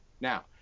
Now